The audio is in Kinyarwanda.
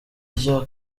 rya